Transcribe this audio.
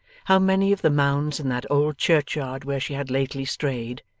how many of the mounds in that old churchyard where she had lately strayed,